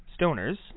stoners